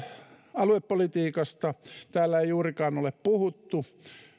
aluepolitiikasta täällä ei juurikaan ole puhuttu kun